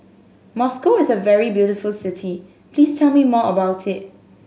Moscow is a very beautiful city please tell me more about it